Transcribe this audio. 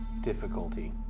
Difficulty